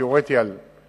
ואני מדבר על משרד